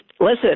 listen